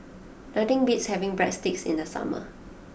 nothing beats having Breadsticks in the summer